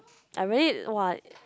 I really !wah!